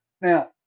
Now